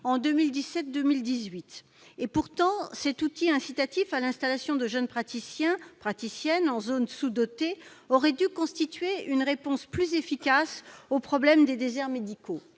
en 2017-2018. Pourtant, cet outil incitatif à l'installation de jeunes praticiens en zones sous-dotées aurait dû constituer une réponse plus efficace au problème des déserts médicaux.